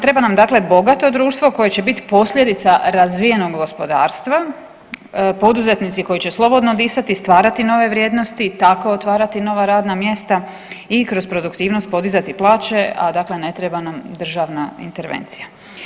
Treba nam dakle bogato društvo koje će biti posljedica razvijenog gospodarstva, poduzetnici koji će slobodno disati, stvarati nove vrijednosti i tako otvarati nova radna mjesta i kroz produktivnost podizati plaće, a ne treba nam državna intervencija.